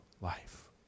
life